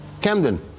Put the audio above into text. Camden